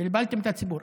בלבלתם את הציבור.